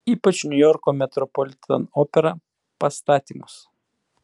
ypač niujorko metropolitan opera pastatymus